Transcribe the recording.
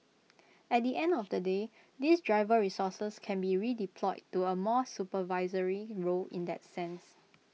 at the end of the day these driver resources can be redeployed to A more supervisory role in that sense